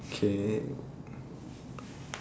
okay